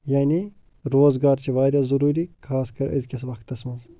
یعنی روزگار چھِ واریاہ ضٔروٗری خاص کَر أزۍکِس وقتَس منٛز